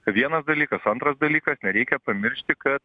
vienas dalykas antras dalykas nereikia pamiršti kad